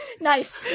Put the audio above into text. Nice